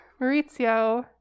Maurizio